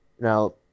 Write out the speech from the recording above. Now